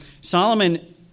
Solomon